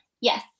Yes